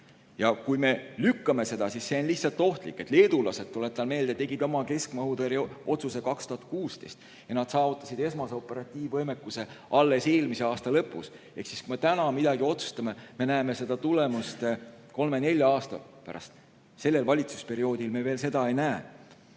Ja kui me lükkame seda edasi, siis see on lihtsalt ohtlik. Leedulased, tuletan meelde, tegid oma keskmaa-õhutõrje otsuse 2016 ja nad saavutasid esmase operatiivvõimekuse alles eelmise aasta lõpus. Ehk siis, kui me täna midagi otsustame, siis me näeme tulemust kolme-nelja aasta pärast. Sellel valitsusperioodil me seda ei näe.